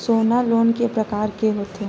सोना लोन के प्रकार के होथे?